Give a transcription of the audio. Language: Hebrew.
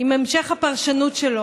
אני רק לא מסכימה עם המשך הפרשנות שלו.